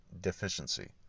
deficiency